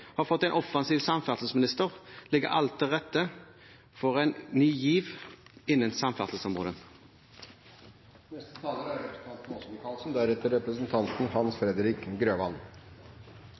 har fått en offensiv samferdselsminister, ligger alt til rette for en ny giv innen